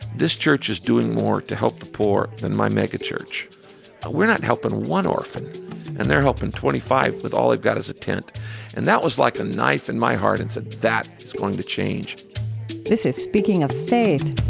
this church is doing more to help the poor than my megachurch but we're not helping one orphan and they're helping twenty five, with all they've got is a tent and that was like a knife in my heart and i said, that is going to change this is speaking of faith.